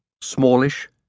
smallish